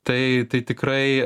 tai tai tikrai